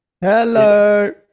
Hello